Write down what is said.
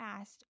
asked